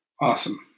Awesome